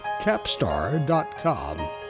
Capstar.com